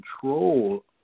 control